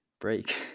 break